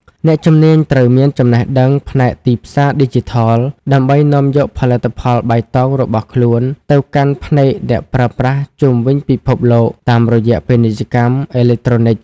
អ្នកជំនាញត្រូវមានចំណេះដឹងផ្នែកទីផ្សារឌីជីថល ដើម្បីនាំយកផលិតផលបៃតងរបស់ខ្លួនទៅកាន់ភ្នែកអ្នកប្រើប្រាស់ជុំវិញពិភពលោកតាមរយៈពាណិជ្ជកម្មអេឡិចត្រូនិក។